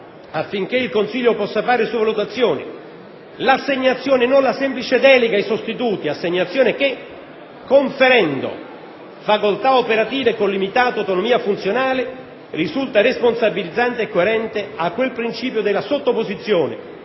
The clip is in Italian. affinché il consiglio possa fare le sue valutazioni; l'«assegnazione» e non la semplice «delega» ai sostituti, assegnazione che, conferendo facoltà operative con limitata autonomia funzionale, risulta responsabilizzante e coerente a quel principio della sottoposizione